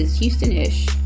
Houston-ish